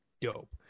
dope